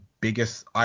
biggest